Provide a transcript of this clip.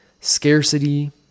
scarcity